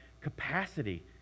capacity